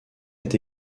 est